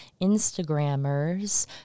Instagrammers